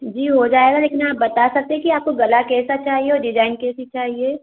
जी हो जाएगा लेकिन आप बता सकते हैं कि आपको गला कैसा चाहिए और डिजाइन कैसी चाहिए